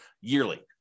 yearly